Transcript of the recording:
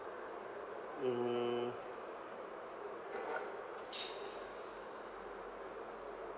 mm